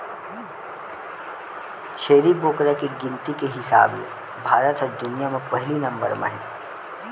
छेरी बोकरा के गिनती के हिसाब ले भारत ह दुनिया म पहिली नंबर म हे